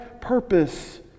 purpose